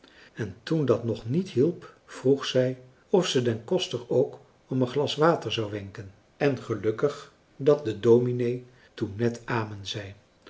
en toen dat nog niet hielp vroeg zij of ze den koster ook om een glas water zou wenken en gelukkig dat de dominee toen net amen zei